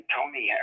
Tony